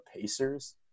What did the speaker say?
Pacers